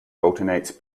alternates